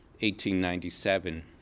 1897